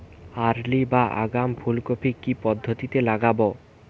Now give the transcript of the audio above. Early বা আগাম ফুল কপি কি পদ্ধতিতে লাগাবো?